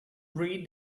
read